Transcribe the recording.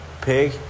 Pig